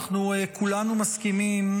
אנחנו כולנו מסכימים,